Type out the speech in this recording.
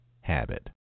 habit